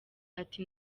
ati